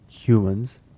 humans